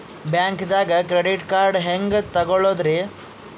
ಬ್ಯಾಂಕ್ದಾಗ credit card ಹೆಂಗ್ ತಗೊಳದ್ರಿ?